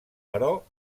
però